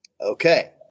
Okay